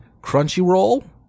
Crunchyroll